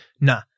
nah